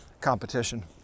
competition